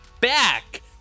back